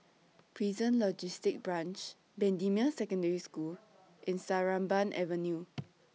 Prison Logistic Branch Bendemeer Secondary School and Sarimbun Avenue